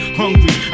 hungry